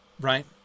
right